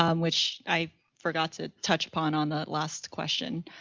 um which i forgot to touch upon on that last question.